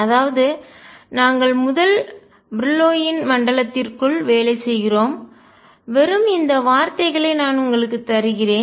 அதாவது நாங்கள் முதல் பிரில்லோயின் மண்டலத்திற்குள் வேலை செய்கிறோம் வெறும் இந்த வார்த்தைகளை நான் உங்களுக்கு தருகிறேன்